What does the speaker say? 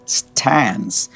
stands